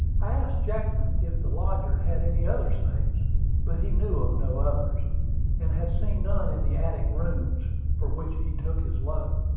i asked jackman if the lodger had any other snakes but he knew of no others and had seen none in the attic rooms from which he took his load.